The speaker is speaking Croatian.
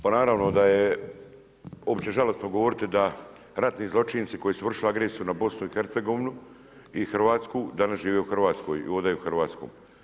Pa naravno da je uopće žalosno govoriti da ratni zločinci koji su vršili agresiju na BiH i Hrvatsku danas žive u Hrvatskoj i hodaju Hrvatskom.